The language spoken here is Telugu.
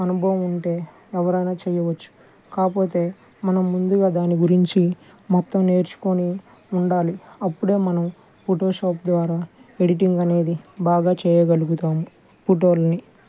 అనుభవం ఉంటే ఎవరైనా చేయవచ్చు కాకపోతే మనం ముందుగా దాని గురించి మొత్తం నేర్చుకొని ఉండాలి అప్పుడే మనం ఫోటో షాప్ ద్వారా ఎడిటింగ్ అనేది బాగా చేయగలుగుతాము ఫోటో లను